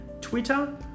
Twitter